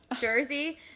Jersey